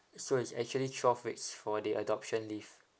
so it's actually twelve weeks for the adoption leave